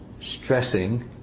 stressing